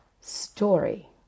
story